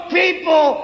people